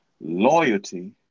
Loyalty